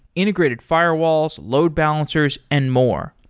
integrated firewalls, load balancers and more.